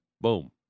Boom